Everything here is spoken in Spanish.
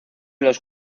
los